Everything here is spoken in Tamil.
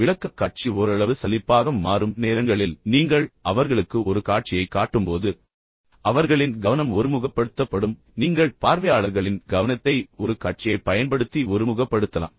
விளக்கக்காட்சி ஓரளவு சலிப்பாக மாறும் நேரங்களில் நீங்கள் அவர்களுக்கு ஒரு காட்சியைக் காட்டும்போது அவர்களின் கவனம் ஒருமுகப்படுத்தப்படும் எனவே நீங்கள் பார்வையாளர்களின் கவனத்தை ஒரு காட்சியைப் பயன்படுத்தி ஒருமுகப்படுத்தலாம்